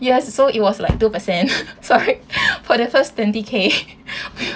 yes so it was like two percent sorry for the first twenty K